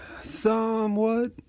Somewhat